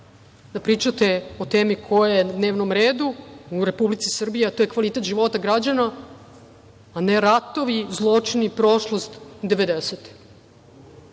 da pričate o temi koja je na dnevnom redu u Republici Srbiji, a to je kvalitet života građana, a ne ratovi, zločini i prošlost